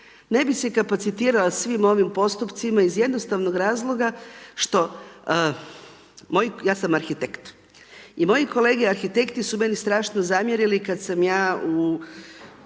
ne bi se kapacitirana svim ovim postupcima, iz jednostavnog razloga, što, ja sam arhitekt. I moji kolege arhitekti su meni strašno zamjerili kada sam ja,